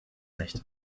nicht